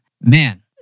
Man